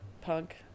punk